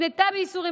נקנתה בייסורים,